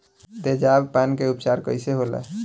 तेजाब पान के उपचार कईसे होला?